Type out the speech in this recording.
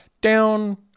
down